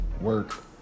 work